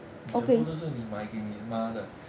你全部都是你买给你妈的